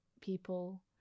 people